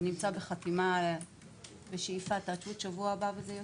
זה נמצא בחתימה והשאיפה שבשבוע הבא זה יוצא.